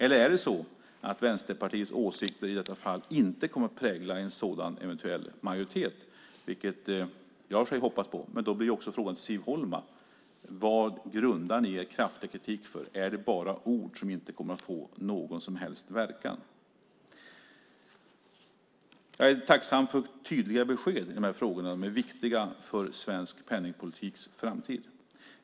Det kanske är så att Vänsterpartiets åsikter i detta fall inte kommer att prägla en sådan eventuell majoritet, vilket jag själv hoppas på. Men då blir frågan till Siv Holma: Vad grundar ni er kraftiga kritik på? Är det bara ord som inte kommer att få någon som helst verkan? Jag är tacksam för tydliga besked i de här frågorna. De är viktiga för svensk penningpolitiks framtid.